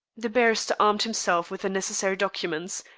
the barrister armed himself with the necessary documents,